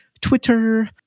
Twitter